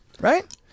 Right